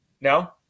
No